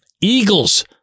Eagles